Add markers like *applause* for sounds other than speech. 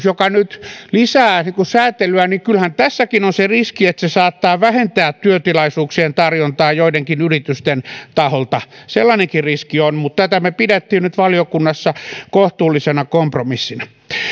*unintelligible* joka nyt lisää säätelyä on se riski että se saattaa vähentää työtilaisuuksien tarjontaa joidenkin yritysten taholta sellainenkin riski on mutta tätä me pidimme nyt valiokunnassa kohtuullisena kompromissina